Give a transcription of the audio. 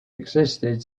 existed